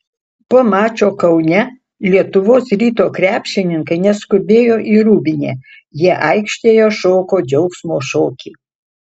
po mačo kaune lietuvos ryto krepšininkai neskubėjo į rūbinę jie aikštėje šoko džiaugsmo šokį